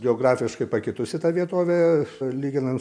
geografiškai pakitusi ta vietovė lyginant